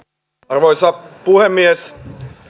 arvoisa puhemies